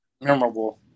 memorable